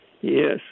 Yes